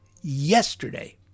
yesterday